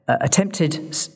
attempted